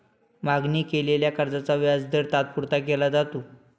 मागणी केलेल्या कर्जाचा व्याजदर तात्पुरता केला जातो